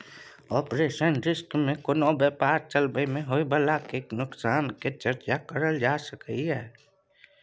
operational risk में कोनो व्यापार चलाबइ में होइ बाला नोकसान के चर्चा करल जा सकइ छइ